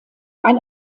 ein